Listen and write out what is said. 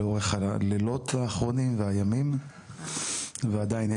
לאורך הלילות האחרונים והימים ועדיין,